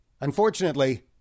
Unfortunately